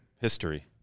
History